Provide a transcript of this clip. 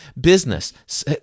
business